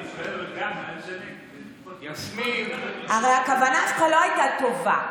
אני שואל אבל הכוונה שלך לא הייתה טובה,